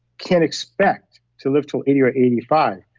can expect to live till eighty or eighty five.